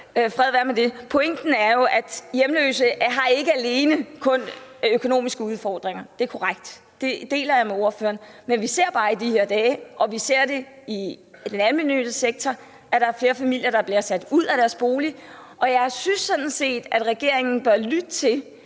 Fred være med det. Pointen er jo, at hjemløse ikke alene har økonomiske udfordringer, og det er korrekt. Det deler jeg med ordføreren. Men vi ser bare i de her dage, og vi ser det i den almennyttige sektor, at der er flere familier, der bliver sat ud af boligen, og jeg synes sådan set, at regeringen bør lytte til